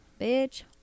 Bitch